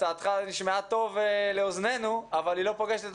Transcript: הצעתך נשמעה טוב לאוזנינו אבל היא לא פוגשת את